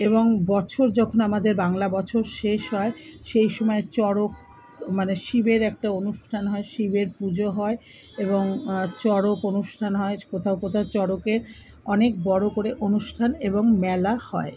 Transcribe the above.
এবং বছর যখন আমাদের বাংলা বছর শেষ হয় সেই সময়ে চড়ক মানে শিবের একটা অনুষ্ঠান হয় শিবের পুজো হয় এবং চড়ক অনুষ্ঠান হয় কোথাও কোথাও চড়কের অনেক বড়ো করে অনুষ্ঠান এবং মেলা হয়